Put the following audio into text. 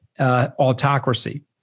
autocracy